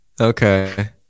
Okay